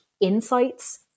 insights